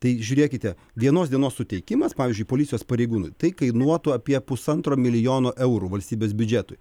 tai žiūrėkite vienos dienos suteikimas pavyzdžiui policijos pareigūnų tai kainuotų apie pusantro milijono eurų valstybės biudžetui